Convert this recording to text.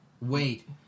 Wait